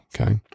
Okay